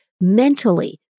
mentally